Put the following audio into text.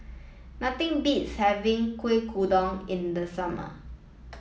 nothing beats having Kueh Kodok in the summer